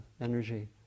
energy